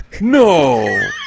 no